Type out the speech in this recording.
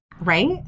Right